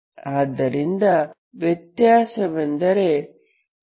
ಆದ್ದರಿಂದ ವ್ಯತ್ಯಾಸವೆಂದರೆ 0